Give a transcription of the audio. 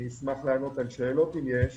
אני אשמח לענות על שאלות, אם יש.